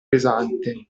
pesante